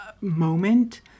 moment